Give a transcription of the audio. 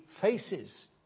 faces